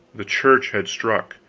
the church had struck